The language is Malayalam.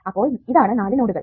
അപ്പോൾ ഇതാണ് 4 നോഡുകൾ